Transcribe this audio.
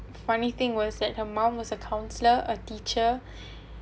funny thing was that her mom was a counsellor a teacher